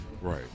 Right